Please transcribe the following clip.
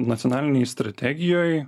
nacionalinėj strategijoj